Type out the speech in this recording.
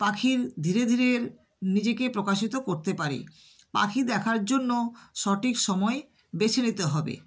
পাখির ধীরে ধীরে নিজেকে প্রকাশিত করতে পারে পাখি দেখার জন্য সঠিক সময় বেছে নিতে হবে